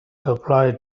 applied